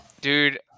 Dude